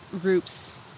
groups